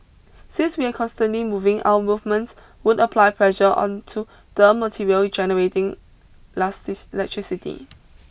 since we are constantly moving our movements would apply pressure onto the material generating electricity